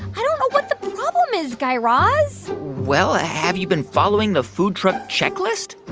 i don't know what the problem is, guy raz well, ah have you been following the food truck checklist?